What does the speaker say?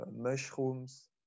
mushrooms